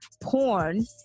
porn